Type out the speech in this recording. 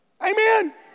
Amen